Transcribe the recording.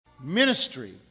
Ministry